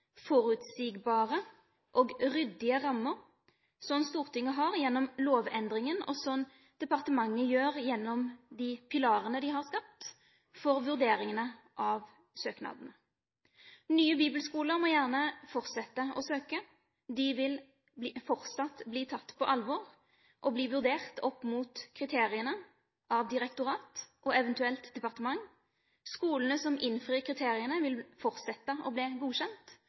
forutsigbare og ryddige rammer, som Stortinget har gjennom lovendringen, og som departementet gjør gjennom de pilarene en har skapt for vurderingen av søknadene. Nye bibelskoler må gjerne fortsette å søke. De vil fortsatt bli tatt på alvor og bli vurdert opp mot kriteriene av direktorat og eventuelt departement. Skolene som innfrir kriteriene, vil fortsatt bli godkjent,